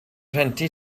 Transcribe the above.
rhentu